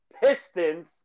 Pistons